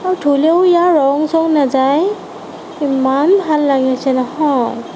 আও ধুলেও ইয়াৰ ৰং চং নেযায় ইমান ভাল লাগেছে নহয়